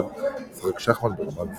או למעשה כל דבר מלבד לשחק שחמט ברמה גבוהה.